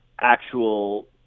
actual